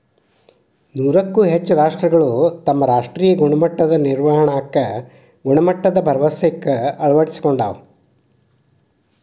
ನೂರಕ್ಕೂ ಹೆಚ್ಚ ರಾಷ್ಟ್ರಗಳು ತಮ್ಮ ರಾಷ್ಟ್ರೇಯ ಗುಣಮಟ್ಟದ ನಿರ್ವಹಣಾಕ್ಕ ಗುಣಮಟ್ಟದ ಭರವಸೆಕ್ಕ ಅಳವಡಿಸಿಕೊಂಡಾವ